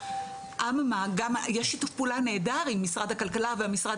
אבל מה גם יש שיתוף פעולה נהדר עם משרד הכלכלה והמשרד